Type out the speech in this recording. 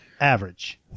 Average